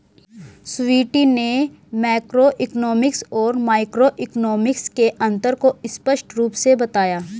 स्वीटी ने मैक्रोइकॉनॉमिक्स और माइक्रोइकॉनॉमिक्स के अन्तर को स्पष्ट रूप से बताया